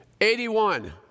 81